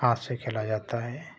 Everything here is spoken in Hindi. हाथ से खेला जाता है